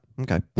Okay